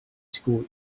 school